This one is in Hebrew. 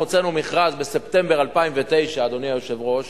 אנחנו הוצאנו מכרז בספטמבר 2009, אדוני היושב-ראש,